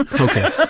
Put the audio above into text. Okay